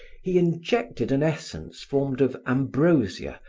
he injected an essence formed of ambrosia,